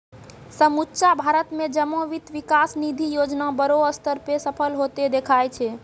समुच्चा भारत मे जमा वित्त विकास निधि योजना बड़ो स्तर पे सफल होतें देखाय छै